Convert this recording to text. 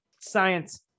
Science